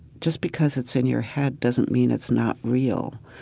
just because it's in your head doesn't mean it's not real.